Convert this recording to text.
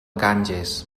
ganges